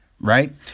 Right